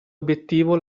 obiettivo